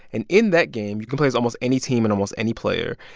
and in that game, you can play as almost any team and almost any player,